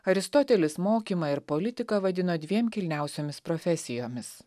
aristotelis mokymą ir politiką vadino dviem kilniausiomis profesijomis